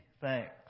thanks